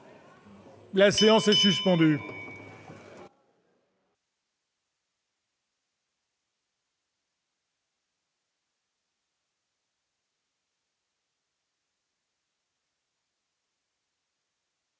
La séance est suspendue.